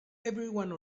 everyone